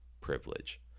privilege